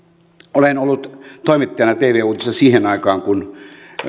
olen ollut toimittajana tv uutisissa siihen aikaan kun